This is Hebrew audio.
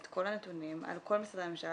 יש את כל הנתונים על כל משרדי הממשלה,